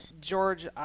George